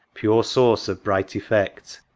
pure source of bright effect.